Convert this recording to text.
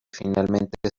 finalmente